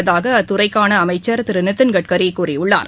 உள்ளதாக அத்துறைக்கான அமைச்சர் திரு நிதின் கட்கரி கூறியுள்ளார்